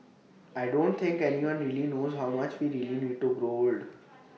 I don't think anyone really knows how much we really need to grow old